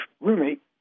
roommate